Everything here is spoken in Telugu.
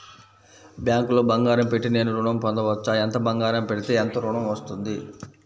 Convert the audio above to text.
బ్యాంక్లో బంగారం పెట్టి నేను ఋణం పొందవచ్చా? ఎంత బంగారం పెడితే ఎంత ఋణం వస్తుంది?